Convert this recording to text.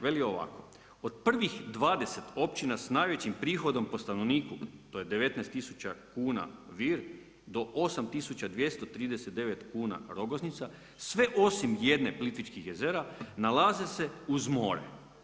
Veli ovako, od prvih 20 općina s najvećim prihodom po stanovniku, to 19 tisuća kuna, Vir, do 8 239 kuna, Rogoznica, sve osim jedne, Plitvičkih jezera, nalaze se uz more.